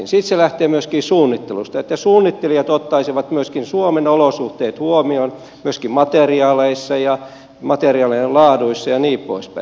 sitten se lähtee myöskin suunnittelusta että suunnittelijat ottaisivat suomen olosuhteet huomioon myöskin materiaaleissa ja materiaalien laaduissa ja niin poispäin